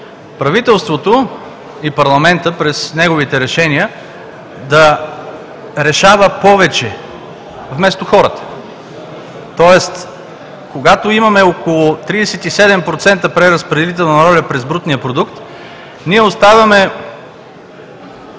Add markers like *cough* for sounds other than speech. правителството и парламентът през неговите решения *noise* да решава повече вместо хората. Тоест, когато имаме около 37% преразпределителна роля през брутния продукт, ние оставяме